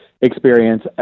experience